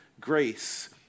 grace